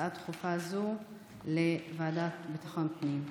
הצעה דחופה זו לוועדה לביטחון הפנים.